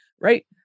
right